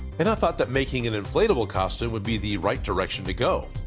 and i thought that making an inflatable costume would be the right direction to go.